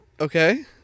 Okay